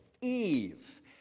Eve